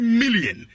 million